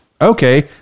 Okay